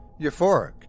Euphoric